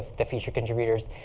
the feature contributors.